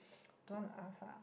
don't want to ask ah